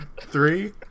Three